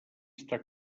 està